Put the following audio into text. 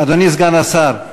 אדוני סגן השר,